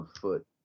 foot